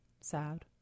Sad